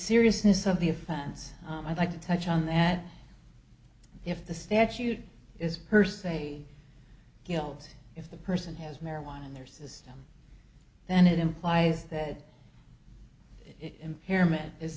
seriousness of the offense i'd like to touch on that if the statute is per se guilty if the person has marijuana in their system then it implies that impairment is